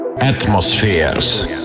atmospheres